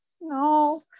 No